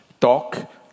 talk